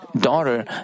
daughter